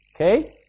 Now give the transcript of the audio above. Okay